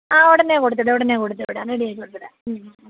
ആ ഉടനെ കൊടുത്തു വിടാം ഉടനെ കൊടുത്തു വിടാം റെഡി ആയി കൊടുത്തു വിടാം